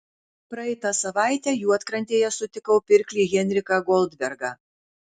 praeitą savaitę juodkrantėje sutikau pirklį henriką goldbergą